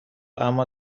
اما